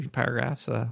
paragraphs